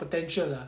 potential ah